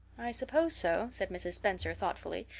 i suppose so, said mrs. spencer thoughtfully,